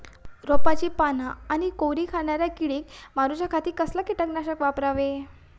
रोपाची पाना आनी कोवरी खाणाऱ्या किडीक मारूच्या खाती कसला किटकनाशक वापरावे?